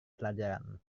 pelajaran